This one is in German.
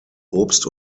obst